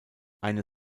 eine